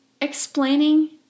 explaining